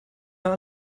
mehr